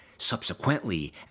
Subsequently